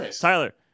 Tyler